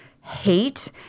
hate